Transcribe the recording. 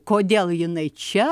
kodėl jinai čia